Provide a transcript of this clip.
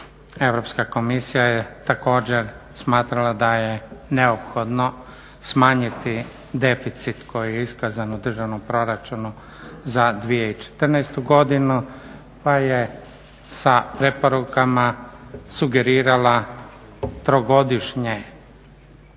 Europska komisija je također smatrala da je neophodno smanjiti deficit koji je iskazan u državnom proračunu za 2014. godinu pa je sa preporukama sugerirala trogodišnje